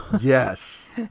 Yes